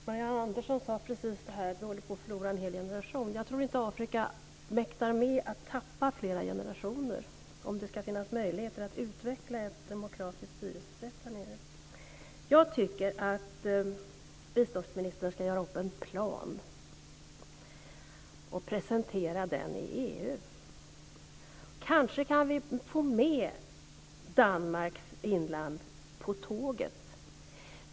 Herr talman! Marianne Andersson sade att vi håller på att förlora en hel generation. Jag tror inte att Afrika mäktar med att tappa fler generationer om det ska finnas möjligheter att utveckla ett demokratiskt styrelsesätt därnere. Jag tycker att biståndsministern ska göra upp en plan och presentera den i EU. Kanske kan vi få med Danmark och Finland på tåget.